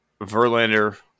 Verlander